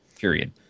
Period